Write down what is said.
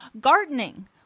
Gardening